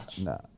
no